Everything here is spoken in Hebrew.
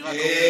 אני רק אומר.